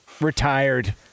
retired